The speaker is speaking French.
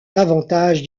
davantage